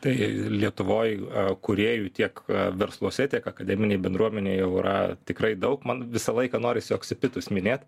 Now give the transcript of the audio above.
tai lietuvoj a kūrėjų tiek a versluose tiek akademinėj bendruomenėj jau yra tikrai daug man visą laiką norisi oksipitus minėt